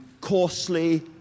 coarsely